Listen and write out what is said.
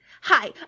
Hi